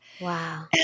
Wow